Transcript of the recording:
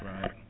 Right